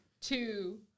Two